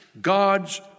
God's